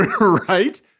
right